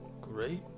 Great